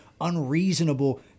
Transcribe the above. unreasonable